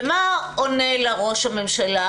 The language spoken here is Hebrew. ומה עונה לה ראש הממשלה?